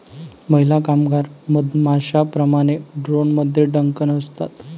महिला कामगार मधमाश्यांप्रमाणे, ड्रोनमध्ये डंक नसतात